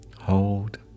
Hold